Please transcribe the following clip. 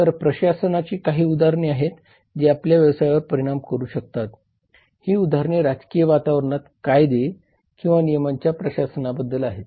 तर प्रशासनाची ही काही उदाहरणे आहेत जी आपल्या व्यवसायावर परिणाम करू शकतात ही उदाहरणे राजकीय वातावरणात कायदे आणि नियमांच्या प्रशासनाबद्दल आहेत